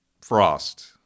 Frost